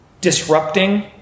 disrupting